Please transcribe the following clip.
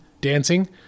dancing